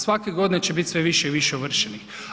Svake godine će biti sve više i vrše ovršenih.